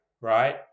right